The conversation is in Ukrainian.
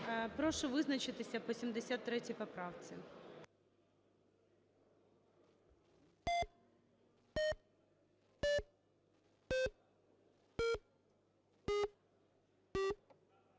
прошу визначатися по 75 поправці